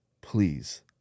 Please